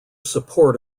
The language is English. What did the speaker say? support